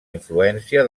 influència